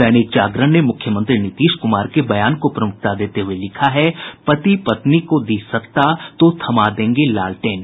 दैनिक जागरण ने मुख्यमंत्री नीतीश कुमार के बयान को प्रमुखता देते हुये लिखा है पति पत्नी को दी सत्ता तो थमा देंगे लालटेन